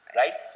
right